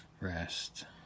rest